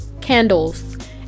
candles